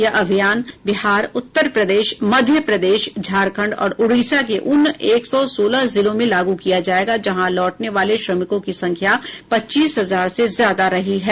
यह अभियान बिहार उत्तर प्रदेश मध्यप्रदेश झारखंड और ओडीशा के उन एक सौ सोलह जिलों में लागू किया जाएगा जहां लौटने वाले श्रमिकों की संख्या पच्चीस हजार से ज्यादा रही है